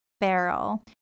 barrel